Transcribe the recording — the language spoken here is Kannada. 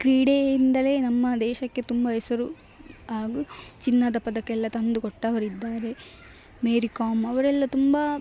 ಕ್ರೀಡೆಯಿಂದಲೇ ನಮ್ಮ ದೇಶಕ್ಕೆ ತುಂಬ ಹೆಸರು ಹಾಗು ಚಿನ್ನದ ಪದಕ ಎಲ್ಲ ತಂದುಕೊಟ್ಟವರು ಇದ್ದಾರೆ ಮೇರಿ ಕೋಮ್ ಅವರೆಲ್ಲ ತುಂಬ